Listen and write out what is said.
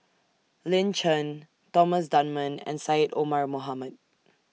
Lin Chen Thomas Dunman and Syed Omar Mohamed